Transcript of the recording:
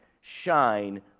shine